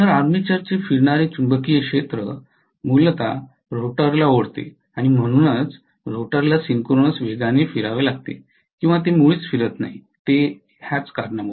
तर आर्मेचर चे फिरणारे चुंबकीय क्षेत्र मूलत रोटरला ओढते आणि म्हणूनच रोटरला सिंक्रोनस वेगाने फिरवावे लागते किंवा ते मुळीच फिरत नाही ते याच कारणामुळे